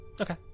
Okay